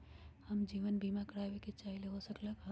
हम जीवन बीमा कारवाबे के चाहईले, हो सकलक ह?